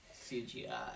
CGI